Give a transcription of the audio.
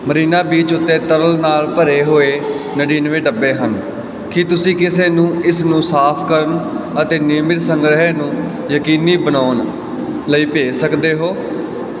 Marina beach ਉੱਤੇ ਤਰਲ ਨਾਲ ਭਰੇ ਹੋਏ ਨੜਿੱਨਵੇਂ ਡੱਬੇ ਹਨ ਕੀ ਤੁਸੀਂ ਕਿਸੇ ਨੂੰ ਇਸ ਨੂੰ ਸਾਫ਼ ਕਰਨ ਅਤੇ ਨਿਯਮਤ ਸੰਗ੍ਰਹਿ ਨੂੰ ਯਕੀਨੀ ਬਣਾਉਣ ਲਈ ਭੇਜ ਸਕਦੇ ਹੋ